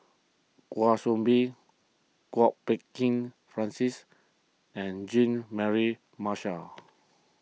Kwa Soon Bee Kwok Peng Kin Francis and Jean Mary Marshall